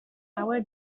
our